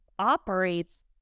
operates